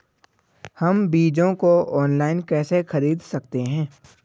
हम बीजों को ऑनलाइन कैसे खरीद सकते हैं?